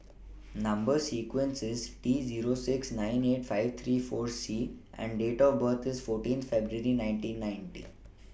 Number sequence IS T Zero six nine eight five three four C and Date of birth IS fourteen February nineteen ninety